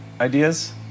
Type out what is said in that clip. Ideas